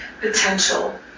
potential